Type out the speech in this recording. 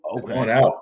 Okay